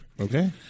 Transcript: okay